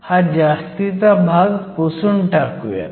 हा जास्तीचा भाग पुसून टाकूयात